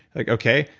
like okay,